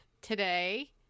today